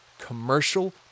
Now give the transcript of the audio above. commercial